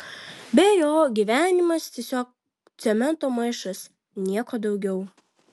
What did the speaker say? be jo gyvenimas tiesiog cemento maišas nieko daugiau